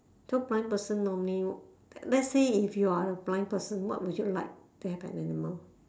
so blind person normally let's say if you are a blind person what would you like to have an animal